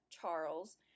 Charles